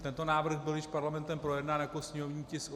Tento návrh byl již Parlamentem projednán jako sněmovní tisk 876.